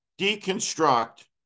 deconstruct